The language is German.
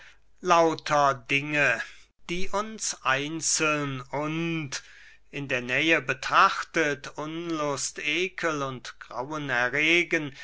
lauter dinge welche einzeln und in der nähe betrachtet unlust ekel und grauen erregen